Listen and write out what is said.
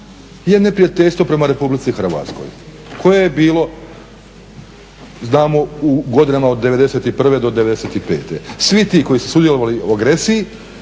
je neprijateljstvo prema RH koje je bilo znamo u godinama od '91.do '95. Svi ti koji su sudjelovali u agresiji